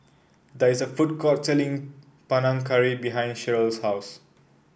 there is a food court selling Panang Curry behind Sheryl's house